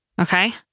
Okay